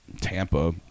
Tampa